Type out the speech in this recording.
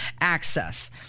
access